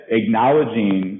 acknowledging